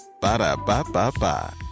Ba-da-ba-ba-ba